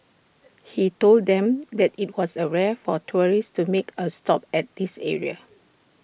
he told them that IT was A rare for tourists to make A stop at this area